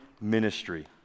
ministry